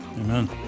Amen